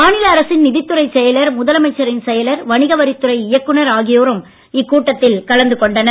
மாநில நிதித்துறைச் செயலர் அரசின் முதலமைச்சரின் செயலர் வணிகவரித்துறை இயக்குநர் ஆகியோரும் இக் கூட்டத்தில் கலந்து கொண்டனர்